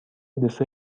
دسر